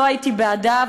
לא הייתי בעדה,